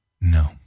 No